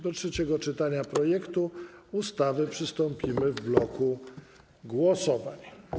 Do trzeciego czytania projektu ustawy przystąpimy w bloku głosowań.